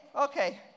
Okay